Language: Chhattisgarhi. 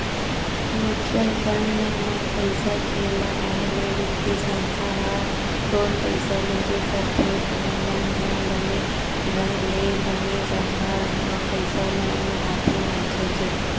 म्युचुअल फंड म पइसा के लगाए ले बित्तीय संस्था ह थोर पइसा लेबे करथे ओमन ह बने ढंग ले बने जघा म पइसा ल लगाथे मनखे के